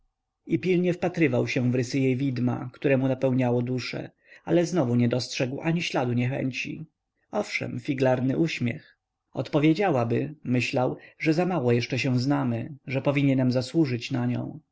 i pilnie wpatrywał się w rysy jej widma które mu napełniało duszę ale znowu nie dostrzegł ani śladu niechęci owszem figlarny uśmiech odpowiedziałaby myślał że zamało jeszcze się znamy że powinienem zasłużyć na nią